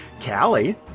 Callie